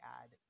add